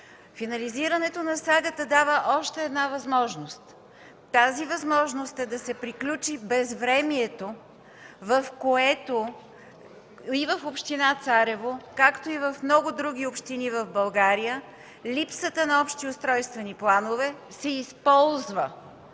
Финализирането на сагата дава още една възможност – да се приключи безвремието, в което и в община Царево, както и в много други общини в България липсата на общи устройствени планове се използва,